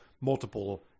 multiple